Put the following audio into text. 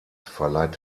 verleiht